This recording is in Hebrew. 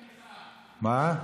מה?